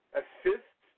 assist